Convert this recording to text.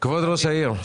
העיר לוד.